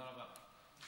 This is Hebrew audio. תודה רבה.